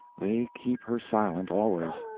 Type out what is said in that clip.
they keep her silent always.